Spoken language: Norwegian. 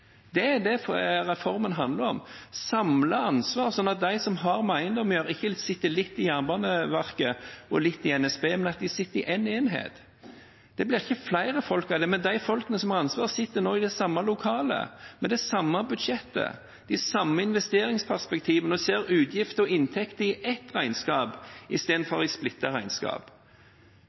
det på ett sted. Det reformen handler om, er å samle ansvar slik at de som har med eiendom å gjøre, ikke sitter litt i Jernbaneverket og litt i NSB, men at de sitter i én enhet. Det blir ikke flere folk av det, men de folkene som har ansvaret, sitter nå i det samme lokalet, med det samme budsjettet – de samme investeringsperspektivene – og ser utgift og inntekt i ett regnskap, istedenfor i splittede regnskap.